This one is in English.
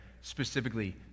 specifically